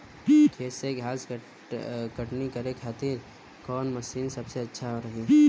खेत से घास कटनी करे खातिर कौन मशीन सबसे अच्छा रही?